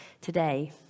today